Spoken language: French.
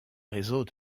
réseau